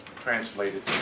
translated